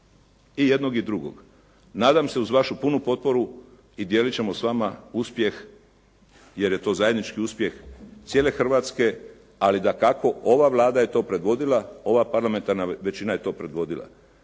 i jednog i drugog, nadam se uz vašu punu potporu, i dijeliti ćemo s vama uspjeh, jer je to zajednički uspjeh cijele Hrvatske, ali dakako ova Vlada je to predvodila, ova parlamentarna većina je to provodila.